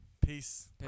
peace